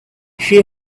she